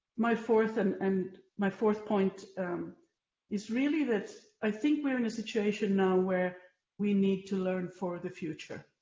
my fourth and and my fourth point um is that i think we are in a situation um where we need to learn for the future.